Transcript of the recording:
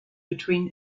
between